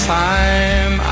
time